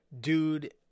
Dude